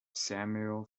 samuel